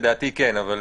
לדעתי כן.